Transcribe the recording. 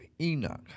Enoch